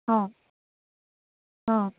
অঁ অঁ